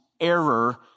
error